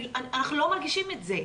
אנחנו לא מרגישים את זה.